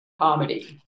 comedy